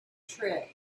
trick